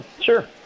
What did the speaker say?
Sure